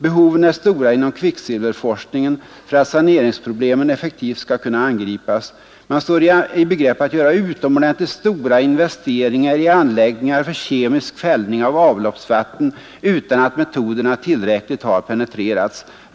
Behoven är stora inom kvicksilverforskningen för att saneringsproblemen effektivt skall kunna angripas. Man står i begrepp att göra utomordentligt stora investeringar i anläggningar för kemisk fällning av avloppsvatten utan att metoderna tillräckligt har penetrerats.